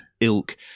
ilk